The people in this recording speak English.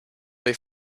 they